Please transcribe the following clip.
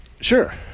Sure